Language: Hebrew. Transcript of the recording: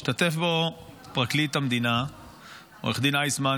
השתתף בו פרקליט המדינה עו"ד איסמן,